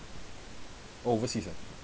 overseas ah